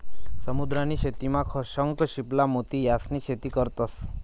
समुद्र नी शेतीमा शंख, शिंपला, मोती यास्नी शेती करतंस